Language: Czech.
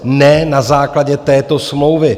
Ne na základě této smlouvy.